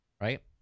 right